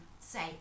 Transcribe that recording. say